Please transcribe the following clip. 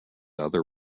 other